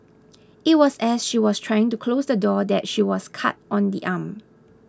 it was as she was trying to close the door that she was cut on the arm